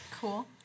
cool